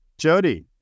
Jody